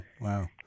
wow